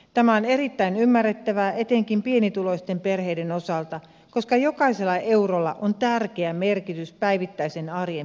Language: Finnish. tämä on erittäin ymmärrettävää etenkin pienituloisten perheiden osalta koska jokaisella eurolla on tärkeä merkitys päivittäisen arjen pyörittämisessä